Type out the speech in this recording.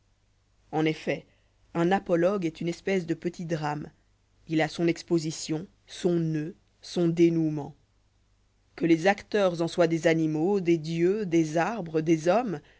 en effet un apologue est une espèce de petit drame il a son exposition son noeud son dénoûment que les acteurs en soient des animaux des dieux des arbres dés hommes